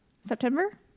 September